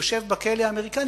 יושב בכלא האמריקני.